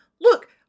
look